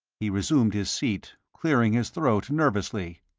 he resumed his seat, clearing his throat nervously.